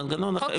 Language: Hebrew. מנגנון אחר,